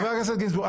חבר הכנסת גינזבורג.